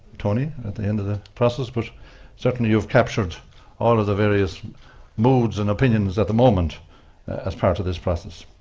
tony, at the end of the process but certainly you've captured all of the various moods and opinions at the moment as part of this process.